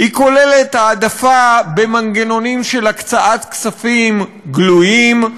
היא כוללת העדפה במנגנונים של הקצאת כספים גלויים,